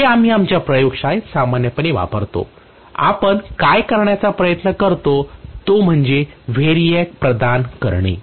हे आम्ही आमच्या प्रयोगशाळेत सामान्यपणे वापरतो आपण काय करण्याचा प्रयत्न करतो तो म्हणजे व्हेरिएक प्रदान करणे